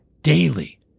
daily